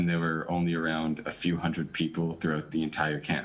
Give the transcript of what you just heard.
היו רק כמה מאות אנשים בכל המחנה,